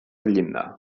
llinda